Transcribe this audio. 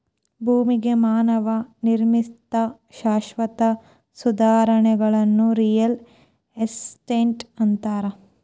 ಭೂಮಿಗೆ ಮಾನವ ನಿರ್ಮಿತ ಶಾಶ್ವತ ಸುಧಾರಣೆಗಳನ್ನ ರಿಯಲ್ ಎಸ್ಟೇಟ್ ಅಂತಾರ